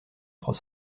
trois